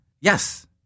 Yes